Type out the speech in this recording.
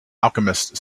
alchemist